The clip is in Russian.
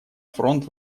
фронт